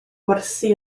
gwersi